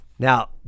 Now